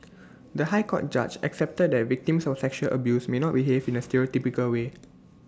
the High Court judge accepted that victims of sexual abuse may not behave in A stereotypical way